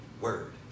word